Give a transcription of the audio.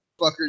fucker